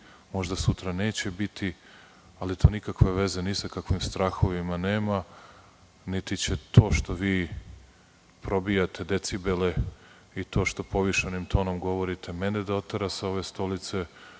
možda sutra neće biti, ali to nikakve veze ni sa kakvim strahovima nema, niti će to što vi probijate decibele i to što povišenim tonom govorite mene da otera sa ove stolice,